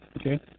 Okay